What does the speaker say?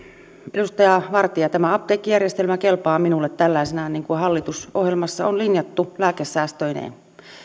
edustaja vartia tämä apteekkijärjestelmä kelpaa minulle tällaisenaan niin kuin hallitusohjelmassa on linjattu lääkesäästöineen